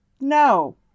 no